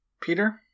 Peter